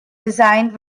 designed